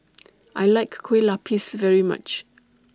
I like Kueh Lapis very much